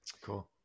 Cool